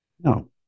No